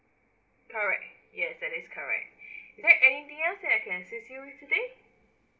correct yes that is correct is there anything else that I can assist you today